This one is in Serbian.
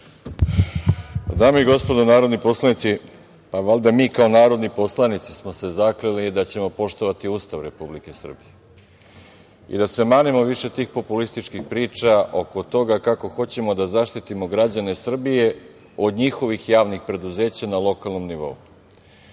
Dame i gospodo narodni poslanici, valjda mi kao narodni poslanici smo se zakleli da ćemo poštovati Ustav Republike Srbije, i da se manemo više tih populističkih priča oko toga kako hoćemo da zaštitimo građane Srbije od njihovih javnih preduzeća na lokalnom nivou. Ne